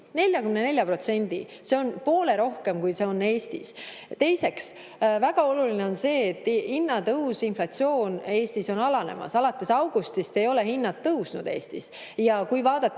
44%! See on poole rohkem, kui on Eestis. Teiseks, väga oluline on see, et hinnatõus, inflatsioon Eestis on alanemas. Alates augustist ei ole hinnad Eestis tõusnud. Ja kui vaadata